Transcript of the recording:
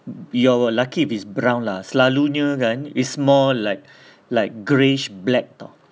you're lucky if is brown lah selalunye kan is more like like greyish black tahu